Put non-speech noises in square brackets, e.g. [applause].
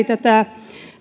[unintelligible] tätä